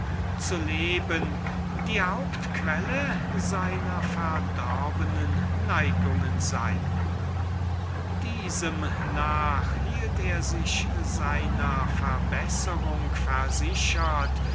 zu leben die haupt quelle seiner verdorbenen neigungen sei diesem nach hielt er sich seiner verbesserung versichert